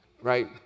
Right